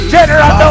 General